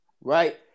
Right